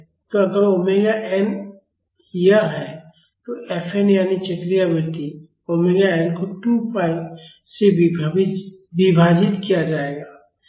तो अगर omega N यह है तो fn यानी चक्रीय आवृत्ति ओमेगा एन को 2 पाई से विभाजित किया जाएगा